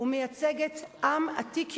ומייצגת עם עתיק יומין,